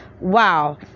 wow